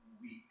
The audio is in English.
week